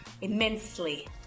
immensely